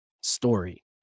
story